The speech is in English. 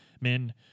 Men